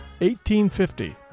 1850